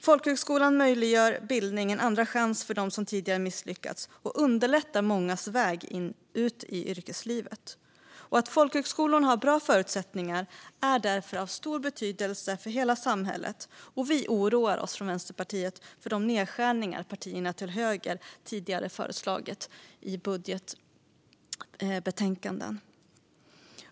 Folkhögskolan möjliggör bildning och en andra chans för dem som tidigare misslyckats och underlättar mångas väg ut i yrkeslivet. Att folkhögskolorna har bra förutsättningar är därför av stor betydelse för hela samhället, och från Vänsterpartiet oroar vi oss för de nedskärningar som partierna till höger tidigare har föreslagit i budgetbetänkanden.